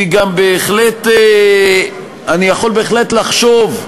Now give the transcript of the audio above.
אני יכול בהחלט לחשוב,